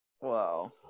Wow